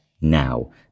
now